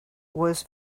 was